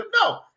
No